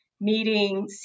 meeting